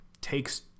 takes